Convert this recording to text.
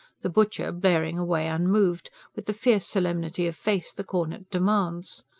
the butcher blaring away unmoved, with the fierce solemnity of face the cornet demands.